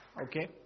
Okay